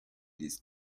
this